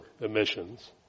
emissions